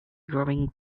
grubbing